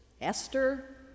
Esther